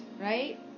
right